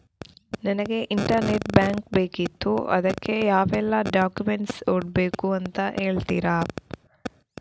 ನನಗೆ internet bank ಬೇಕಿತ್ತು ಅದಕ್ಕೆ ಯಾವೆಲ್ಲಾ ಡಾಕ್ಯುಮೆಂಟ್ಸ್ ಕೊಡ್ಬೇಕು ಅಂತ ಹೇಳ್ತಿರಾ?